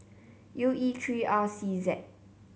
U E three R C Z